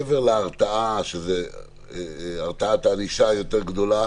מעבר להרתעה שזו הרתעת ענישה יותר גדולה